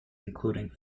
including